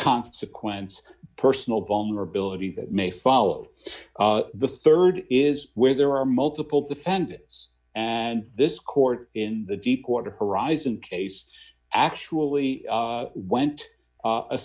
consequence personal vulnerability that may follow the rd is where there are multiple defendants and this court in the deepwater horizon case actually went